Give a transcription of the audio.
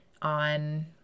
On